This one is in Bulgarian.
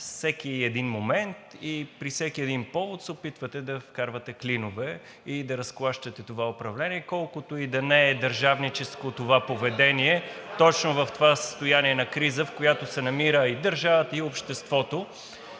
всеки един момент и при всеки един повод се опитвате да вкарвате клинове и да разклащате това управление, колкото и да не е държавническо това поведение – точно в това състояние на криза, в която се намират и държавата, и обществото.